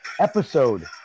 episode